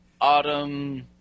Autumn